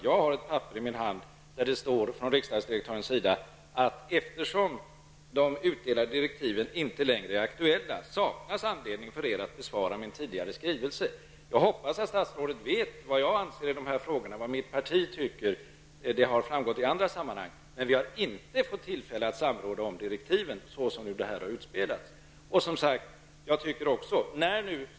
Jag har ett papper i min hand, där riksdagsdirektören har skrivit: ''Sedan jag fått meddelande om att de utdelade direktiven inte längre är aktuella saknas anledning för er att besvara min tidigare skrivelse.'' Jag hoppas att statsrådet vet vad jag och det parti jag representerar anser i den här frågan. Det har framgått i andra sammanhang, men så som detta har utspelats har vi inte fått tillfälle att samråda om direktiven.